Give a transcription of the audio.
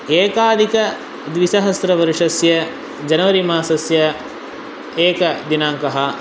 एकाधिक द्विसहस्रवर्षस्य जनवरी मासस्य एकदिनाङ्कः